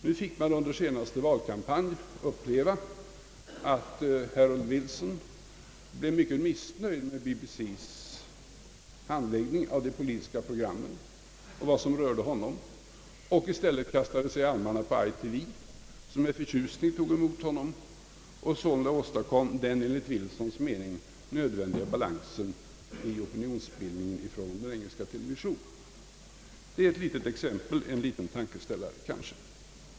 Nu fick man under den senaste valkampanjen uppleva att Harold Wilson blev mycket missnöjd med BBC:s handlägg ning av de politiska programmen och vad som rörde honom, och i stället kastade han sig i armarna på ITV, som med förtjusning tog emot honom och sålunda åstadkom den enligt Wilsons mening nödvändiga balansen i opinionsbildningen inom den engelska televisionen. Det är ett litet exempel och kanske en liten tankeställare.